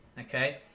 okay